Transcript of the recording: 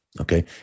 Okay